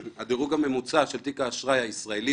הדירוג הממוצע של תיק האשראי הישראלי